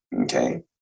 okay